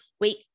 wait